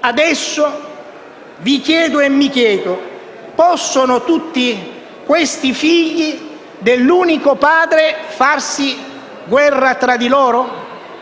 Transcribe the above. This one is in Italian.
Adesso vi chiedo e mi chiedo: possono tutti questi figli dell'unico padre farsi guerra tra loro?